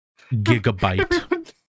Gigabyte